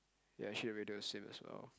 ya actually the radio is same as well